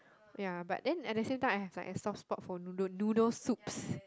ya but then at the same time I have like a soft spot for noodle noodle soups